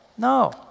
No